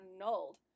annulled